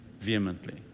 vehemently